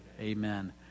Amen